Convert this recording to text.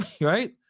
right